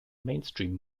mainstream